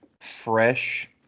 fresh